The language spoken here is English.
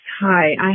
Hi